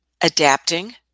adapting